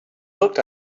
looked